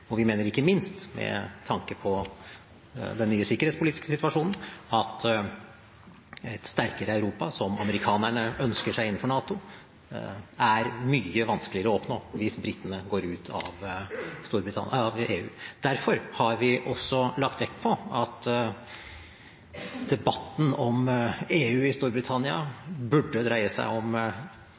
og vi mener ikke minst, med tanke på den nye sikkerhetspolitiske situasjonen, at et sterkere Europa, som amerikanerne ønsker seg innenfor NATO, er mye vanskeligere å oppnå hvis britene går ut av EU. Derfor har vi også lagt vekt på at debatten om EU i Storbritannia burde dreie seg om